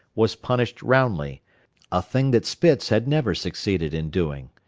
was punished roundly a thing that spitz had never succeeded in doing.